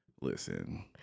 Listen